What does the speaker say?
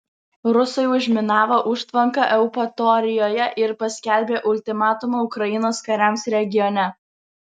rusai užminavo užtvanką eupatorijoje ir paskelbė ultimatumą ukrainos kariams regione